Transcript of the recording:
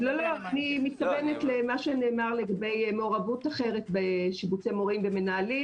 אני מתכוונת למה שנאמר לגבי מעורבות אחרת בשיבוצי מורים ומנהלים.